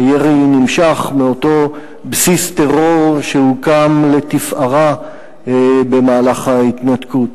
הירי נמשך מאותו בסיס טרור שהוקם לתפארה במהלך ההתנתקות.